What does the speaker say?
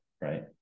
right